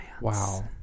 Wow